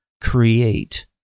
create